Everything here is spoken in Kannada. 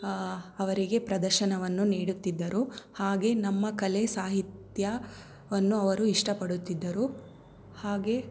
ಅವರಿಗೆ ಪ್ರದರ್ಶನವನ್ನು ನೀಡುತ್ತಿದ್ದರು ಹಾಗೇ ನಮ್ಮ ಕಲೆ ಸಾಹಿತ್ಯವನ್ನು ಅವರು ಇಷ್ಟಪಡುತ್ತಿದ್ದರು ಹಾಗೆಯೇ